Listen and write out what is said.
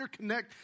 interconnect